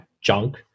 junk